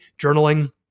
journaling